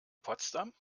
potsdam